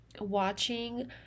watching